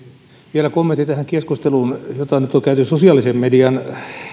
vielä kommentti tähän keskusteluun jota nyt on käyty sosiaalisen median